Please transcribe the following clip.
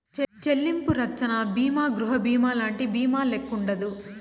చెల్లింపు రచ్చన బీమా గృహబీమాలంటి బీమాల్లెక్కుండదు